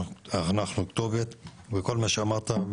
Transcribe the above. אנחנו כתובת וכל מה שאמרת,